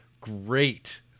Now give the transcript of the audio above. Great